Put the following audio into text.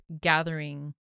gathering